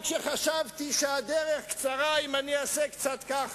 אני כאן אומר